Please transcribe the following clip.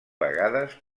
vegades